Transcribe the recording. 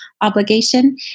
obligation